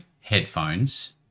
headphones